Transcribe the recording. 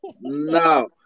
No